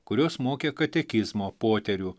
kurios mokė katekizmo poterių